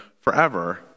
forever